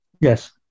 yes